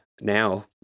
now